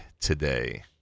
today